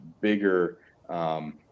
bigger